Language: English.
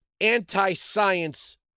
anti-science